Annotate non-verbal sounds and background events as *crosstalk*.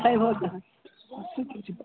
नहि होतो *unintelligible*